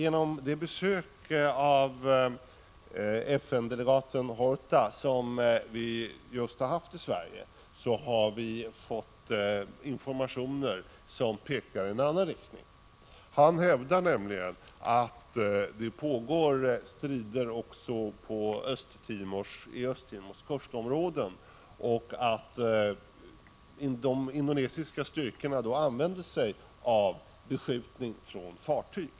Vid FN-delegaten Hortas besök i Sverige fick vi informationer som pekar i en annan riktning. Han hävdar nämligen att det pågår strider också i Östra Timors kustområden och att de indonesiska styrkorna använder sig av beskjutning från fartyg.